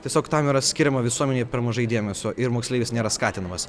tiesiog tam yra skiriama visuomenėj per mažai dėmesio ir moksleivis nėra skatinamas